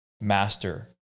master